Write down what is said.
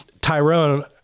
Tyrone